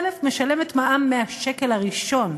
משלמת מע"מ מהשקל הראשון,